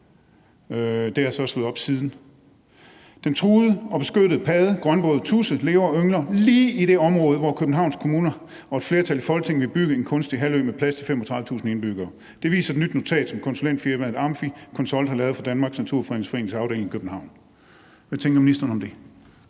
efterfølgende: »Den truede og beskyttede padde grønbroget tudse lever og yngler lige i det område, hvor København Kommune og et flertal i Folketinget vil bygge en kunstig halvø med plads til 35.000 indbyggere. Det viser en nyt notat, som konsulentfirmaet Amphi Consult har lavet for Danmarks Naturfredningsforenings afdeling i København.« Hvad tænker ministeren om det?